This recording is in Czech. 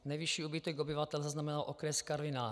Nejvyšší úbytek obyvatel zaznamenal okres Karviná.